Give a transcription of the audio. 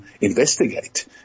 investigate